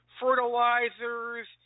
fertilizers